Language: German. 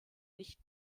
nicht